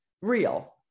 real